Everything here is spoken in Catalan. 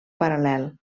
paral·lel